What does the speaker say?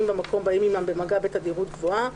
במקום באים עמם במגע בתדירות גבוהה,